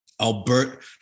Albert